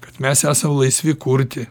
kad mes esam laisvi kurti